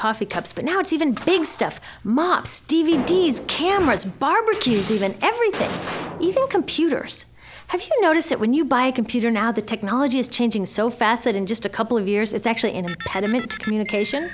coffee cups but now it's even big stuff mops d v d s cameras barbecues even everything even computers have you noticed that when you buy a computer now the technology is changing so fast that in just a couple of years it's actually in pediment communication